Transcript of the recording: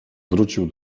wrócił